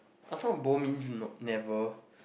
I thought of boom means noob never